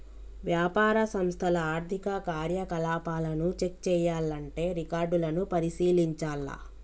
వ్యాపార సంస్థల ఆర్థిక కార్యకలాపాలను చెక్ చేయాల్లంటే రికార్డులను పరిశీలించాల్ల